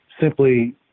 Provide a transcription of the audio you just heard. simply